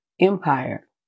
empire